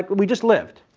we just lived.